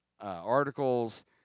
articles